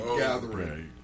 gathering